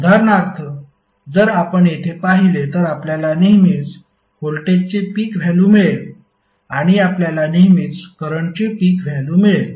उदाहरणार्थ जर आपण येथे पाहिले तर आपल्याला नेहमीच व्होल्टेजची पीक व्हॅल्यू मिळेल आणि आपल्याला नेहमीच करंटची पीक व्हॅल्यू मिळेल